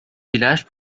village